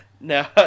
No